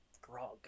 grog